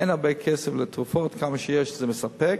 אין הרבה כסף לתרופות, כמה שיש זה מספק.